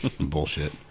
bullshit